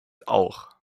auch